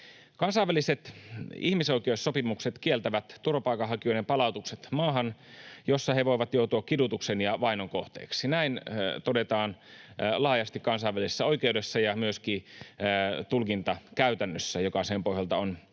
Kansainväliset ihmisoikeussopimukset kieltävät turvapaikanhakijoiden palautukset maahan, jossa he voivat joutua kidutuksen ja vainon kohteiksi. Näin todetaan laajasti kansainvälisessä oikeudessa ja myöskin tulkintakäytännössä, joka sen pohjalta on syntynyt.